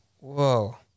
Whoa